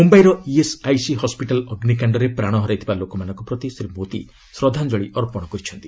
ମୁମ୍ବାଇର ESIC hospital ଅଗ୍ରିକାଣ୍ଡରେ ପ୍ରାଣ ହରାଇଥିବା ଲୋକମାନଙ୍କ ପ୍ରତି ଶ୍ୱୀ ମୋଦି ଶବ୍ଧାଞ୍ଜଳି ଅର୍ପଣ କରିଛନ୍ତି